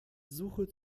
suche